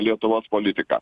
lietuvos politiką